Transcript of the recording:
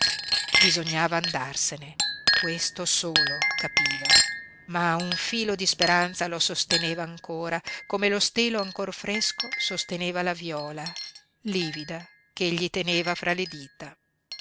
bisognava andarsene questo solo capiva ma un filo di speranza lo sosteneva ancora come lo stelo ancor fresco sosteneva la viola livida ch'egli teneva fra le dita